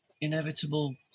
inevitable